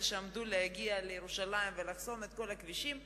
שעמדו להגיע לירושלים ולחסום את כל הכבישים.